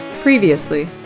Previously